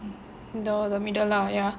though the middle lah ya